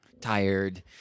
tired